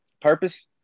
Purpose